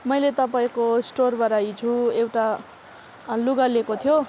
मैले तपाईँको स्टोरबाट हिजो एउटा लुगा लिएको थियो